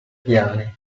piani